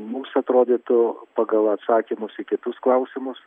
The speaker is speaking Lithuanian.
mūsų atrodytų pagal atsakymus į kitus klausimus